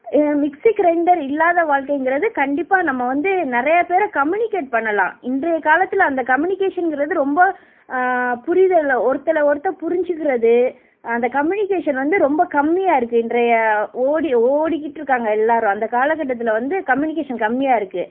mixie grinder இல்லாத வாழ்க்கைங்கறது கண்டிப்பாக நம்ம வந்து நிறைய பேரை கம்யூனிகேட் பண்ணலாம் இன்றைய காலத்தில் அந்த கம்யூனிகேஷனுங்கிறது ரொம்ப புரிதலில் ஒருத்தல ஒருத்தரை புரிஞ்சிக்கிறது அந்த கம்யூனிகேஷன் வந்து ரொம்ப கம்மியாக இருக்குது இன்றைய ஓடி ஓடிக்கிட்டிருக்காங்க எல்லோரும் அந்தக் காலக்கட்டத்தில் வந்து கம்யூனிகேஷன் கம்மியாக இருக்குது